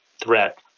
threat